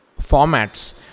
formats